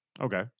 okay